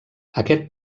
aquest